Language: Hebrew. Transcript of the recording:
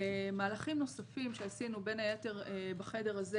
מהלכים נוספים שעשינו בין היתר בחדר הזה